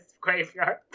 graveyard